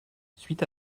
suite